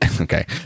Okay